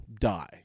die